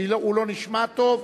הוא לא נשמע טוב,